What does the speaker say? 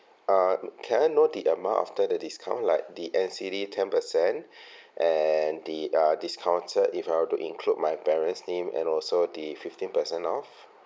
uh can I know the amount after the discount like the N_C_D ten per cent and the uh discounted if I were to include my parents' name and also the fifteen per cent off